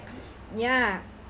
ya